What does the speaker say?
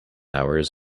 hours